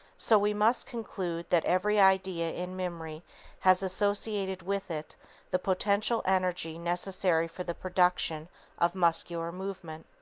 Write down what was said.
so we must conclude that every idea in memory has associated with it the potential energy necessary for the production of muscular movement.